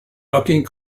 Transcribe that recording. bucking